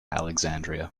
alexandria